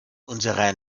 unserer